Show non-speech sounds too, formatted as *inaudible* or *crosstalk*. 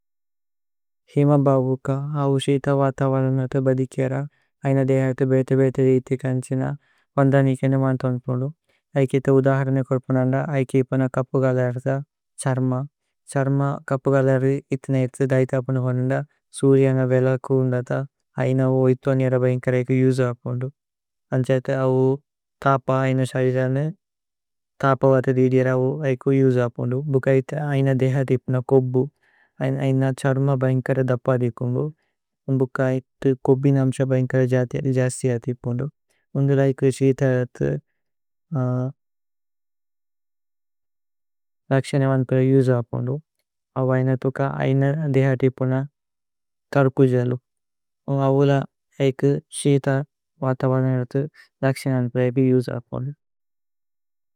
ഹേമ ഭവുക, അവു ശീഥ വതവലമത ബദികേര। ഐന ദേഹത ബേതേ ബേതേ ദേഇതിര് തന്സിന വന്ദനി കേനേ। വന്തോന്പുന്ദു ഐകേ ഇത ഉദഹരന കോര്പുനന്ദ ഐകേ। ഇപന കപ്ഗലര ത ഛര്മ। ഛ്ഹര്മ കപ്ഗലരി ഇത്ന। ഏര്ഥ ദൈഥപുനു വന്ദ സുര്യന വേലകു ഉന്ദത ഐന। അവു ഇത്വനിയര ബൈന്കര ഏകു യുഝപുന്ദു അന്ഛൈതേ। *hesitation* അവു തപ ഐന ശരിരന തപ വത। ദേഇദിര അവു ഏകു യുഝപുന്ദു ഭ്ഹുവുക ഇത ഐന ദേഹത। ഇപന കോബ്ബു ഐന ഛര്മ ബൈന്കര ദപദിപുന്ദു। ഭ്ഹുവുക ഇത കോബ്ബിന അമ്സ ബൈന്കര ജസ്തി അതിപുന്ദു। ഉന്ദുല ഏകു ശീഥ വതവലമത ലക്സന വന്തോല। ഏകു യുഝപുന്ദു അവ ഇന ഇതുക ഐന ദേഹത ഇപന। തല്കു ജലുപു അവുല ഏകു ശീഥ വതവല। മത ലക്സന വന്തോല ഏകു യുഝപുന്ദു।